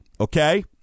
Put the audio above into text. okay